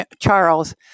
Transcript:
Charles